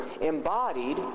embodied